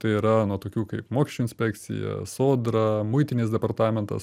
tai yra nuo tokių kaip mokesčių inspekcija sodra muitinės departamentas